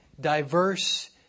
diverse